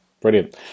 Brilliant